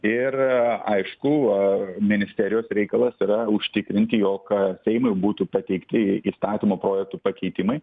ir aišku ministerijos reikalas yra užtikrinti jog seimui būtų pateikti įstatymo projektų pakeitimai